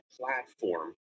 platform